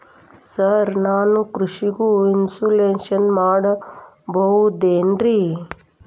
Sir ನಾನು ಕೃಷಿಗೂ insurance ಮಾಡಸಬಹುದೇನ್ರಿ?